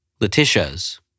Letitia's